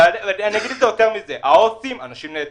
אגיד יותר מזה: העובדים הסוציאליים הם אנשים נהדרים,